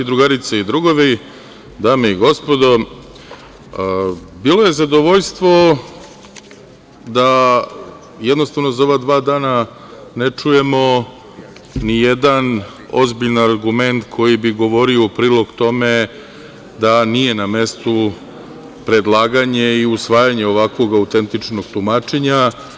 Drugarice i drugovi, dame i gospodo, bilo je zadovoljstvo da za ova dva dane ne čujemo ni jedan ozbiljan argument koji bi govorio u prilog tome da nije na mestu predlaganje i usvajanje ovakvog autentičnog tumačenja.